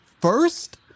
first